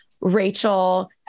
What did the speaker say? Rachel